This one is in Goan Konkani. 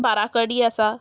बाराकडी आसा